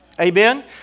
Amen